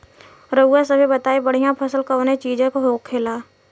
रउआ सभे बताई बढ़ियां फसल कवने चीज़क होखेला?